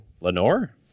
Lenore